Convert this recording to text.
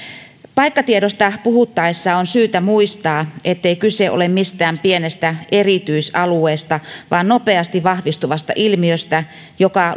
paikkatiedosta puhuttaessa on syytä muistaa ettei kyse ole mistään pienestä erityisalueesta vaan nopeasti vahvistuvasta ilmiöstä joka